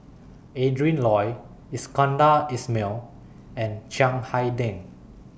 Adrin Loi Iskandar Ismail and Chiang Hai Ding